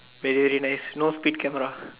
wait really nice no speed camera